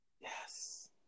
Yes